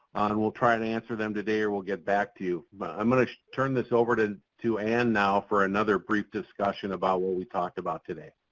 and we'll try to answer them today or we'll get back to you. but i'm going to turn this over to to ann now for another brief discussion about what we talked about today.